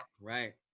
Right